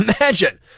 Imagine